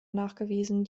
nachgewiesen